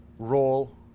role